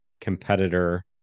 competitor